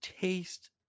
taste